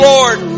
Lord